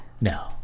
no